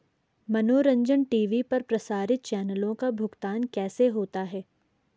मनोरंजन टी.वी पर प्रसारित चैनलों का भुगतान कैसे होता है?